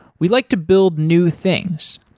we like to build new things,